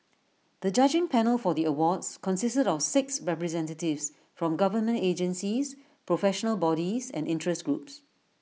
the judging panel for the awards consisted of six representatives from government agencies professional bodies and interest groups